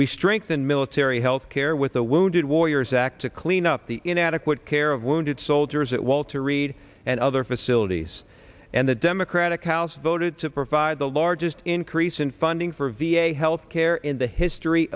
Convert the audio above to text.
we strengthen military health care with the wounded warriors act to clean up the inadequate care of wounded soldiers at walter reed and other facilities and the democratic house voted to provide the largest increase in funding for v a health care in the history